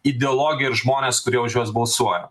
ideologiją ir žmones kurie už juos balsuoja